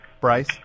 Bryce